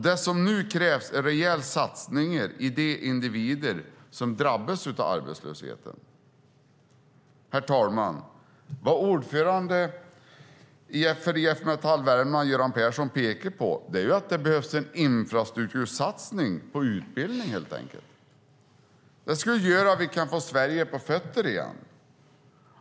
Det som nu krävs är rejäla satsningar i de individer som drabbas av arbetslösheten. Herr talman! Vad ordföranden för IF Metall Värmland, Göran Persson, pekar på är helt enkelt att det behövs en infrastruktursatsning på utbildning. Det skulle göra att vi kunde få Sverige på fötter igen.